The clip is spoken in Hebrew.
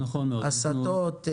הסטות,